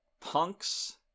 punks